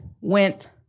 went